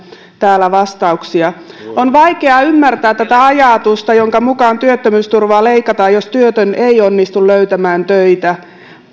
täällä vastauksia on vaikea ymmärtää tätä ajatusta jonka mukaan työttömyysturvaa leikataan jos työtön ei onnistu löytämään töitä